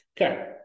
Okay